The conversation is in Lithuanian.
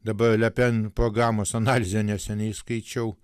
dabar le pen programos analizę neseniai skaičiau